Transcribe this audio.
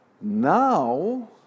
Now